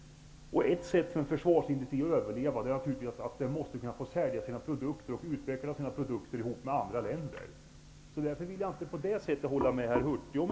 Ett sätt för en försvarsindustri att överleva är att den ges tillfälle att utveckla och sälja dess produkter i samarbete med andra länder, därför håller jag inte med Bengt Hurtig.